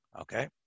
Okay